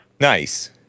Nice